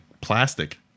plastic